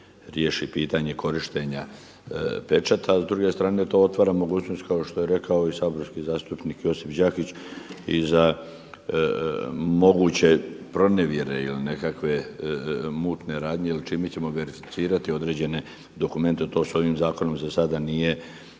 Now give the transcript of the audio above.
riješi pitanje korištenja pečata, a s druge strane to otvara mogućnost kao što je rekao i saborski zastupnik Josip Đakić i za moguće pronevjere ili nekakve mutne radnje ili čime ćemo verificirati određene dokumente to s ovim zakonom za sada nije